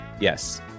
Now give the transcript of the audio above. Yes